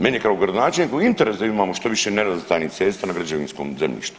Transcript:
Meni je kao gradonačelniku u interesu da imamo što više nerazvrstanih cesta na građevinskom zemljištu.